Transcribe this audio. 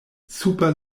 super